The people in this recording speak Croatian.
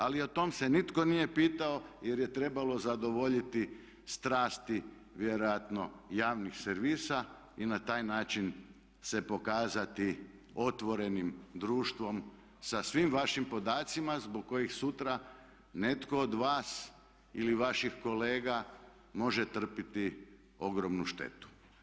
Ali o tome se nitko nije pitao jer je trebalo zadovoljiti strasti vjerojatno javnih servisa i na taj način se pokazati otvorenim društvom sa svim vašim podacima zbog kojih sutra netko od vas ili vaših kolega može trpjeti ogromnu štetu.